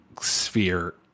sphere